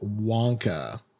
Wonka